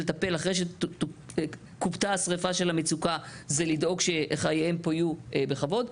אחרי שכובתה השריפה של המצוקה זה לדאוג שחייהן פה יהיו בכבוד,